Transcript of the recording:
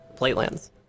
Platelands